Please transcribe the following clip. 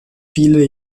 viele